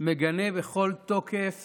מגנה בכל תוקף